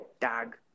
Tag